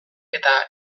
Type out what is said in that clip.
eta